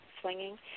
swinging